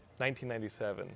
1997